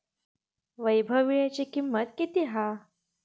वैभव वीळ्याची किंमत किती हा?